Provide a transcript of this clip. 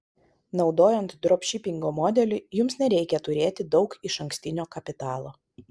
naudojant dropšipingo modelį jums nereikia turėti daug išankstinio kapitalo